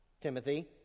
timothy